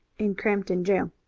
in crampton jail.